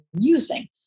using